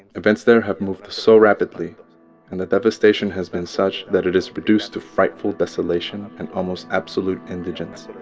events there have moved so rapidly and the devastation has been such that it has produced to frightful desolation and almost absolute indigence.